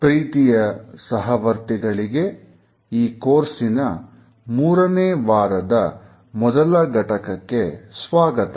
ಪ್ರೀತಿಯ ಸಹವರ್ತಿಗಳಿಗೆ ಈ ಕೋರ್ಸಿನ ಮೂರನೇ ವಾರದ ಮೊದಲ ಘಟಕಕ್ಕೆ ಸ್ವಾಗತ